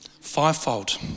fivefold